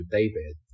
David